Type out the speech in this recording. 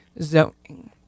zoning